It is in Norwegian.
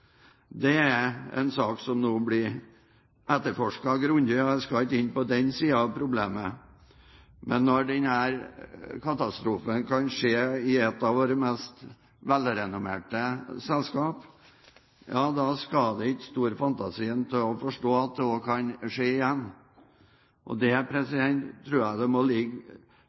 er en sak som nå blir etterforsket grundig, og jeg skal ikke inn på den siden av problemet, men når denne katastrofen kan skje i et av våre mest velrenommerte selskap, ja da skal det ikke store fantasien til for å forstå at det også kan skje igjen. Derfor tror jeg det må ligge